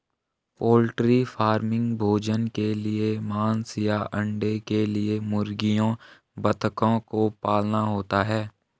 poultry farming भोजन के लिए मांस या अंडे के लिए मुर्गियों बतखों को पालना होता है